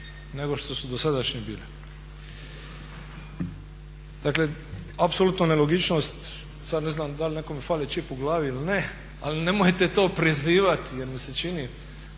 nego što su dosadašnje bile. Dakle, apsolutno nelogičnost. Sad ne znam da li nekome fali čip u glavi ili ne, ali nemojte to prizivati jer mi se čini